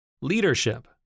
Leadership